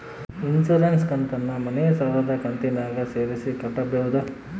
Insurance ಕಂತನ್ನ ಮನೆ ಸಾಲದ ಕಂತಿನಾಗ ಸೇರಿಸಿ ಕಟ್ಟಬೋದ?